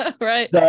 Right